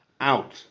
out